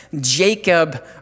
Jacob